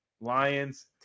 Lions